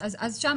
אז למה